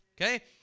Okay